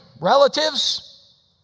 Relatives